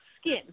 skin